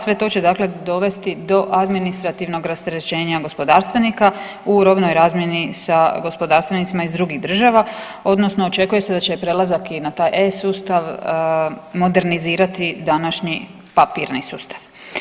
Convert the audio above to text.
Sve to će dakle dovesti do administrativnog rasterećenja gospodarstvenika u robnoj razmjeni sa gospodarstvenicima iz drugih država odnosno očekuje se da će prelazak i na taj e-sustav modernizirati današnji papirni sustav.